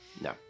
No